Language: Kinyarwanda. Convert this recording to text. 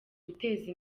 guteza